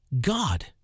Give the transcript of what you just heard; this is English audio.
God